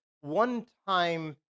one-time